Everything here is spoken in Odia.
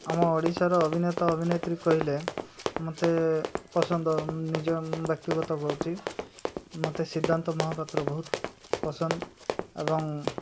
ଆମ ଓଡ଼ିଶାର ଅଭିନେତା ଅଭିନେତ୍ରୀ କହିଲେ ମୋତେ ପସନ୍ଦ ନିଜ ବ୍ୟକ୍ତିଗତ କହୁଛି ମୋତେ ସିଦ୍ଧାନ୍ତ ମହାପାତ୍ର ବହୁତ ପସନ୍ଦ ଏବଂ